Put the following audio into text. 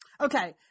Okay